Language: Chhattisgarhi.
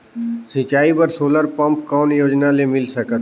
सिंचाई बर सोलर पम्प कौन योजना ले मिल सकथे?